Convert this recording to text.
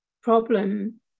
problem